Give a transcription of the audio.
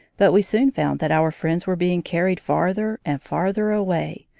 but we soon found that our friends were being carried farther and farther away,